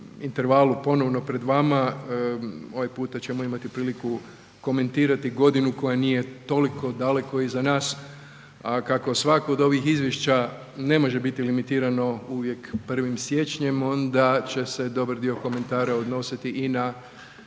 intervalu ponovno pred vama. Ovaj puta ćemo imati priliku komentirati godinu koja nije toliko daleko iza nas, a kako svako od ovih izvješća ne može biti limitirano uvijek 1. siječnjem onda će se dobar dio komentara odnositi i na